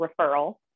referral